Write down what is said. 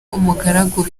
umugaragu